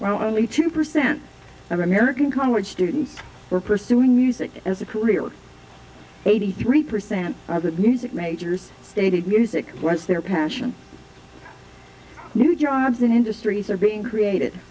only two percent of american congress students were pursuing music as a career eighty three percent of that music majors stated music was their passion new jobs and industries are being created